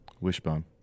Wishbone